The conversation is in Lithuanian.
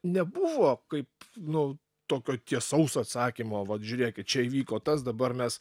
nebuvo kaip nu tokio tiesaus atsakymo vat žiūrėkit čia įvyko tas dabar mes